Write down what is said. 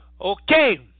Okay